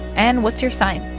and what's your sign?